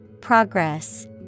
Progress